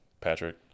Patrick